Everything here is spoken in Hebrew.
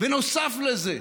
ונוסף לזה,